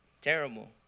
Terrible